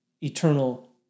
eternal